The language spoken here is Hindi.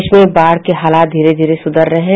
प्रदेश में बाढ़ के हालात धीरे धीरे सुधर रहे हैं